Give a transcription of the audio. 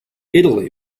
italy